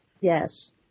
Yes